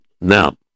Now